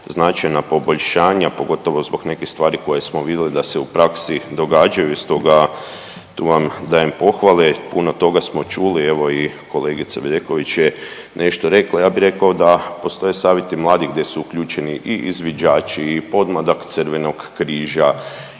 značajna poboljšanja pogotovo zbog nekih stvari koje smo vidjeli da se u praksi događaju. I stoga tu vam dajem pohvale i puno toga smo čuli. Evo i kolegica Bedeković je nešto rekla. Ja bih rekao da postoje Savjeti mladih gdje su uključeni i izviđači i pomladak Crvenog križa